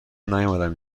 نیومدم